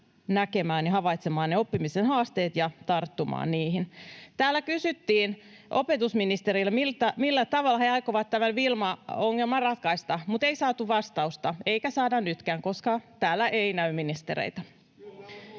näkemään ja havaitsemaan ne oppimisen haasteet ja tarttumaan niihin. Täällä kysyttiin opetusministeriltä, millä tavalla he aikovat tämän Wilma-ongelman ratkaista, mutta ei saatu vastausta eikä saada nytkään, koska täällä ei näy ministereitä.